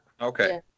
Okay